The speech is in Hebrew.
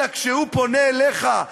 אלא כשהוא פונה אליך,